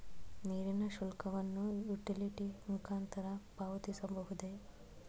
ನೀರಿನ ಶುಲ್ಕವನ್ನು ಯುಟಿಲಿಟಿ ಮುಖಾಂತರ ಪಾವತಿಸಬಹುದೇ?